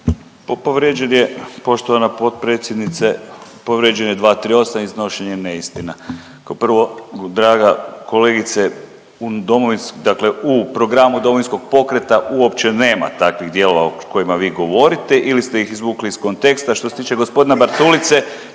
Povrijeđen je poštovana potpredsjednice, povrijeđen je 238. iznošenje neistine. Kao prvo draga kolegice, dakle u programu DP-a uopće nema takvih dijelova o kojima vi govorite ili ste ih izvukli iz konteksta. Što se tiče gospodina Bartulice